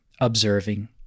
observing